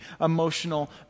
emotional